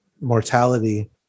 mortality